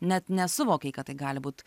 net nesuvokei kad tai gali būt